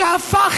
שהפך